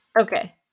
Okay